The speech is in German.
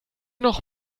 noch